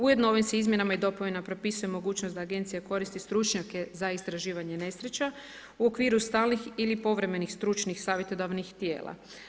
Ujedno ovim se izmjenama i dopunama propisuje mogućnost da agencija koristi stručnjake za istraživanje nesreća u okviru stalnih ili povremenih stručnih savjetodavnih tijela.